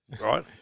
right